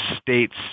states